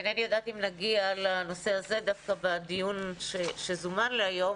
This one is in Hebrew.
אינני יודעת אם נגיע לנושא הזה דווקא בדיון שזומן להיום,